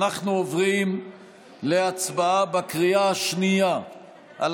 אנחנו עוברים להצבעה בקריאה השנייה על